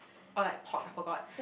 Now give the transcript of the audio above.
all like pork I forgot